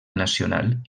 nacional